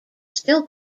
still